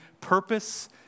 purpose